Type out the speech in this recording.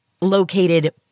located